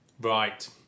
Right